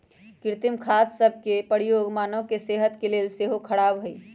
कृत्रिम खाद सभ के प्रयोग मानव के सेहत के लेल सेहो ख़राब हइ